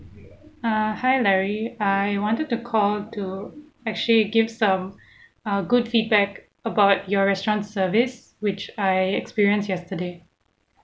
ah hi larry I wanted to call to actually give some uh good feedback about your restaurant service which I experience yesterday